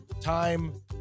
time